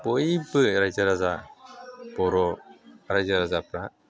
बयबो रायजो राजा बर' रायजो राजाफ्रा